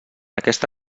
aquesta